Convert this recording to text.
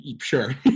Sure